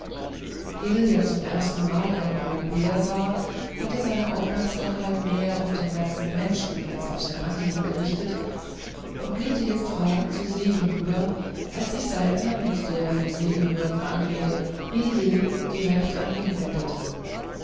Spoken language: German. der zum ersten mal einen europäer sah hatte seine aufmerksamkeit mehr auf den ganzen menschen als auf sein anliegen gerichtet und blickte jetzt fragend zu se hinüber als sich saltner mit der von se gehörten anrede hil hil direkt an ihn wendete